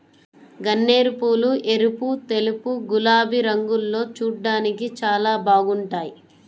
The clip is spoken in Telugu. గన్నేరుపూలు ఎరుపు, తెలుపు, గులాబీ రంగుల్లో చూడ్డానికి చాలా బాగుంటాయ్